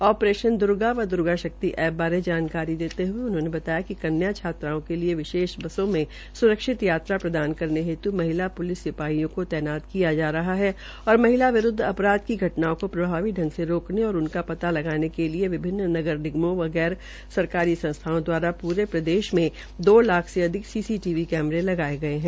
operation Durga व Durga Shakti app बारे जानकारी देते हये उन्होंने बताया कि कन्याय छात्राओं के लिए विशेष बसों में सुरक्षित यात्रा प्रदान करने हेतु महिला पुलिस सिपाहियों को तैनता किया जा रहा है और महिला विरूद्व अपराध की घटनाओं को प्रभावी ढंग से रोकने और उनका पता लगाने के लिए विभिन्न नगर निगमों व गैर सरकारी संस्थाओं द्वारा पूरे प्रदेश में दो लाख से अधिक सीसीटीवी कैमरे लागये गये है